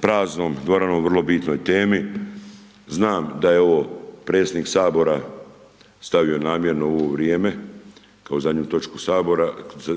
praznom dvoranom o vrlo bitnoj temi, znam da je ovo predsjednik Sabora stavio namjerno u ovo vrijeme kao zadnju točku